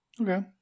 Okay